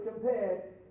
compared